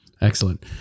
Excellent